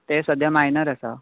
तें सद्या मायनर आसा